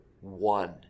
one